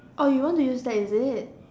oh you want to use that is it